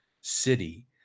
city